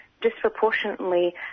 disproportionately